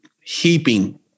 heaping